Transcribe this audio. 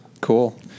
cool